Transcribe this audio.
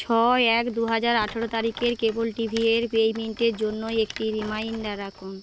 ছয় এক দুহাজার আঠেরো তারিখর কেবল টি ভি এর জন্য একটি রিমাইন্ডার রাখুন